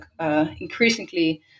increasingly